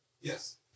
Yes